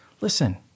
Listen